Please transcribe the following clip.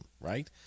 Right